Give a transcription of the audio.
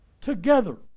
together